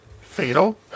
Fatal